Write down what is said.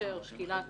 שיאפשר שקילת